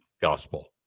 gospel